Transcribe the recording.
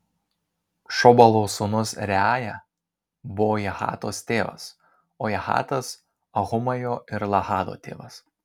šobalo sūnus reaja buvo jahato tėvas o jahatas ahumajo ir lahado tėvas